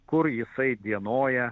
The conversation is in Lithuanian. kur jisai dienoja